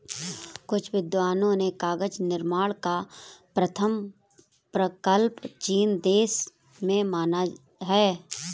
कुछ विद्वानों ने कागज निर्माण का प्रथम प्रकल्प चीन देश में माना है